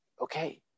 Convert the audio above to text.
okay